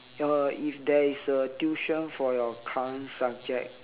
uh if there is a tuition for your current subject